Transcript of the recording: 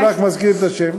אני רק מזכיר את השם,